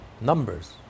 numbers